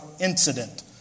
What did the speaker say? incident